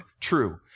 true